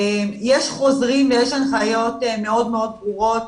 יש חוזרים ויש הנחיות מאוד מאוד ברורות